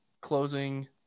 closing